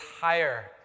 higher